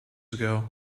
ago